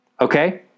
okay